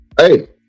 Hey